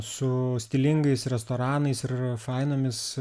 su stilingais restoranais ir fainomis